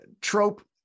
trope